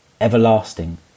Everlasting